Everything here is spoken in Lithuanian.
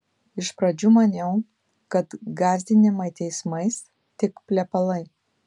iš pradžių maniau kad gąsdinimai teismais tik plepalai